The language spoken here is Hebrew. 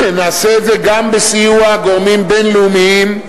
נעשה את זה גם בסיוע גורמים בין-לאומיים,